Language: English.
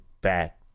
back